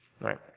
right